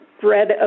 bread